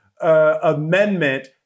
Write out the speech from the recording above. amendment